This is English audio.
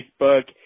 Facebook